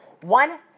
One